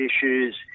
issues